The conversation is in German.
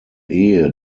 ehe